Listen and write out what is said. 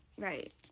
Right